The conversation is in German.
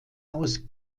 aus